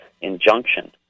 injunction